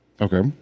Okay